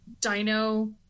dino